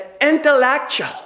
intellectual